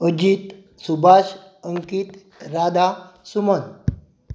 Ajit Subhash Ankit Radha Suman